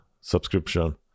subscription